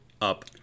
up